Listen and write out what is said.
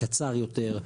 קצר יותר,